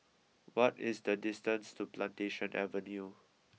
what is the distance to Plantation Avenue